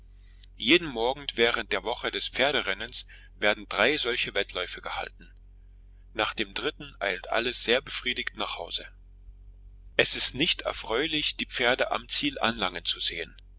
jeden morgen während der woche des pferderennens werden drei solche wettläufe gehalten nach dem dritten eilt alles sehr befriedigt nach hause es ist nicht erfreulich die pferde am ziel anlangen zu sehen